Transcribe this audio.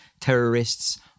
terrorists